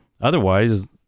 otherwise